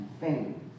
fame